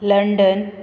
London